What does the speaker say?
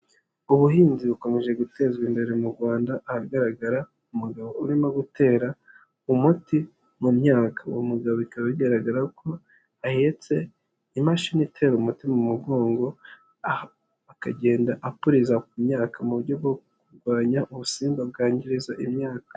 Ubuhinzi bukomeje gutezwa imbere mu Rwanda, ahagaragara umugabo urimo gutera umuti mu myaka. Uwo mugabo bikaba bigaragara ko ahetse imashini itera umutima mu mugongo, akagenda apuriza ku myaka mu buryo bwo kurwanya ubusimba bwangiza imyaka.